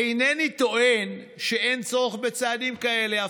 אינני טוען שאין צורך בצעדים כאלה.